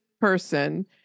person